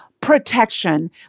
protection